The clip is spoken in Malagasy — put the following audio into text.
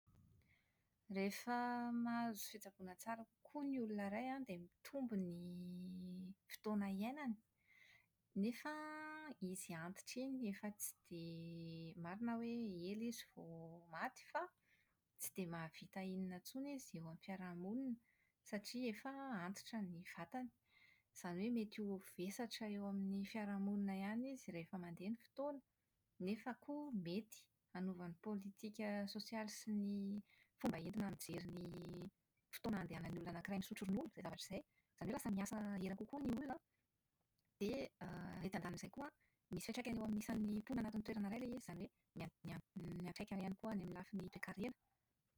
Rehefa mahazo fitsaboana tsara kokoa ny olona iray an, dia mitombo ny fotoana iainany. Nefa an, izy antitra iny efa tsy dia marina hoe ela izy vao maty fa tsy dia mahavita inona intsony izy eo amin'ny fiarahamonina satria efa antitra ny vatany. Izany hoe mety ho vesatra eo amin'ny fiarahamonina ihany izy rehefa mandeha ny fotoana, nefa koa mety hanova ny politika sosialy sy ny fomba entina mijery ny fotoana andehanan'ny olona anankiray misotro ronono izay zavatra izay. Izany hoe lasa miasa ela kokoa ny olona an, dia > etsy andanin'izay koa an, misy fiantraikany eo amin'ny isan'ny mponina anatin'ny toerana iray ilay izy, izany hoe mia- mia- miantraika ihany koa any amin'ny lafiny toekarena.